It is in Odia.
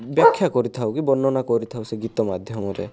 ବ୍ୟାଖ୍ୟା କରିଥାଉ କି ବର୍ଣ୍ଣନା କରିଥାଉ ସେ ଗୀତ ମାଧ୍ୟମରେ